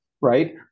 right